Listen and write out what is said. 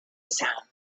sound